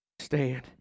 Stand